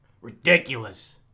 Ridiculous